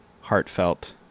heartfelt